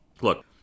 look